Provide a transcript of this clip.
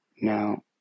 Now